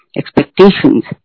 expectations